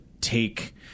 take